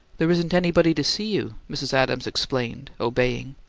there isn't anybody to see you, mrs. adams explained, obeying.